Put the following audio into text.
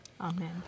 Amen